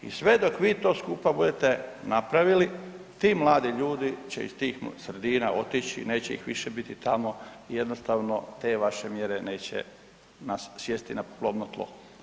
I sve dok vi to skupa budete napravili, ti mladi ljudi će iz tih sredina otići, neće ih više biti tamo, jednostavno te vaše mjere neće sjesti na plodno tlo.